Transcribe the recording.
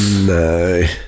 no